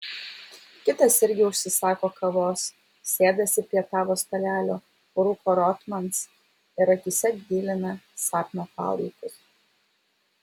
kitas irgi užsisako kavos sėdasi prie tavo stalelio rūko rotmans ir akyse dilina sapno palaikus